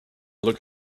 look